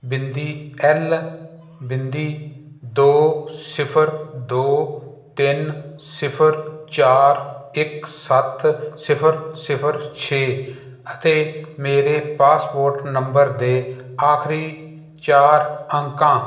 ਬਿੰਦੀ ਐੱਲ ਬਿੰਦੀ ਦੋ ਸਿਫਰ ਦੋ ਤਿੰਨ ਸਿਫਰ ਚਾਰ ਇੱਕ ਸੱਤ ਸਿਫਰ ਸਿਫਰ ਛੇ ਅਤੇ ਮੇਰੇ ਪਾਸਪੋਰਟ ਨੰਬਰ ਦੇ ਆਖਰੀ ਚਾਰ ਅੰਕਾਂ